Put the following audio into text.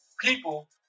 people